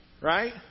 Right